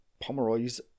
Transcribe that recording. Pomeroy's